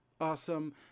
awesome